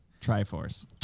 Triforce